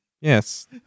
Yes